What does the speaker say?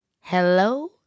Hello